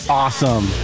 awesome